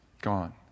Gone